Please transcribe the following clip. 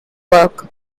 work